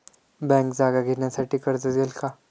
Bank जागा घेण्यासाठी कर्ज देईल का?